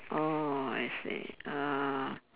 orh I see uh